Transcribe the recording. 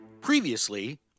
Previously